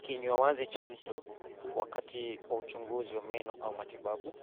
Kinywa wazi cha mtu wakati wa uchunguzi wa meno au matibabu